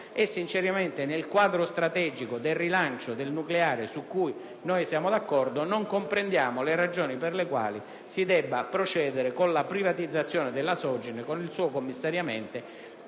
E sinceramente nel quadro strategico del rilancio del nucleare - su cui siamo d'accordo - non comprendiamo le ragioni per le quali si debba procedere con la privatizzazione della Sogin e con il suo commissariamento,